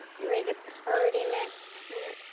get ready to party next turn.